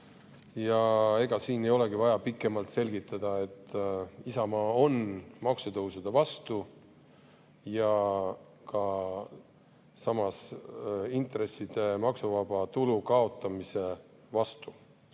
Ega siin ei olegi vaja pikemalt midagi selgitada. Isamaa on maksutõusude vastu ja ka intresside maksuvaba tulu kaotamise vastu.